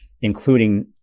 including